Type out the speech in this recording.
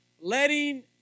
letting